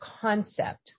concept